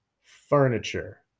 furniture